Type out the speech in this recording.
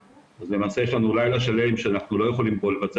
אז למעשה יש לנו לילה שלם שאנחנו לא יכולים לבצע